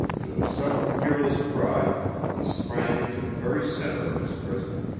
with a sudden fearless cry he sprang into the very center of his prison,